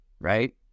right